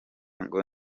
ngo